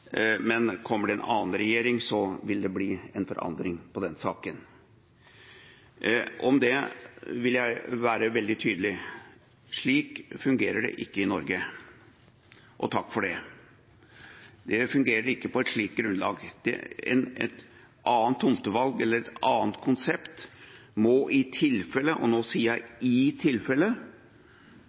men kommer det en annen regjering, så vil det bli en forandring på den saken. Om det vil jeg være veldig tydelig: Slik fungerer det ikke i Norge – og takk for det. Det fungerer ikke på et slikt grunnlag. Et annet tomtevalg eller et annet konsept må i tilfelle – og nå sier jeg «i tilfelle»